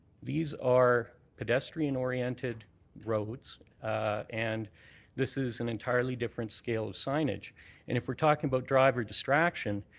these are pedestrian oriented roads and this is an entirely different scale of signage. and if we're talking about driver distraction,